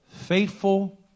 Faithful